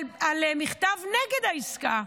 על מכתב נגד העסקה.